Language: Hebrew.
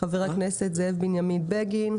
חבר הכנסת זאב בנימין בגין,